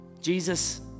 Jesus